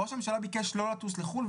ראש הממשלה ביקש לא לטוס לחו"ל,